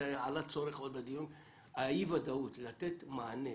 זה היה צורך שעלה בדיון היא אי הוודאות וצריך לתת מענה,